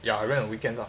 ya rent on weekends lah